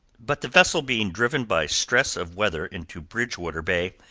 but the vessel being driven by stress of weather into bridgewater bay,